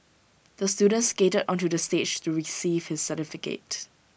the student skated onto the stage to receive his certificate